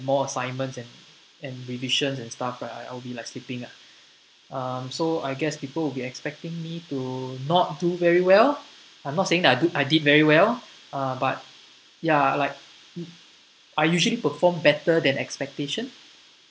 more assignments and and revisions and stuff right I'll be like sleeping ah um so I guess people will be expecting me to not do very well I'm not saying I do I did very well uh but ya like I usually performed better than expectation